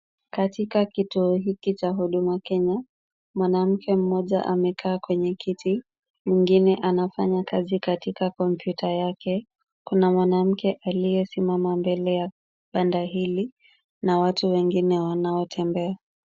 Katika kituo hiki cha huduma Kenya, mwanamke mmoja amekaa kwenye kiti, mwingine anafanya kazi katika kompyuta yake. Kuna mwanamke aliyesimama mbele ya rada hili na watu wengine wanaotembea.